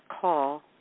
call